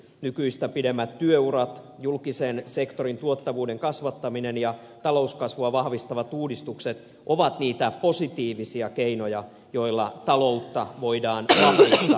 nykyistä pidemmät työurat julkisen sektorin tuottavuuden kasvattaminen ja talouskasvua vahvistavat uudistukset ovat niitä positiivisia keinoja joilla taloutta voidaan vahvistaa